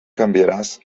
canviaràs